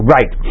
Right